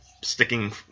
sticking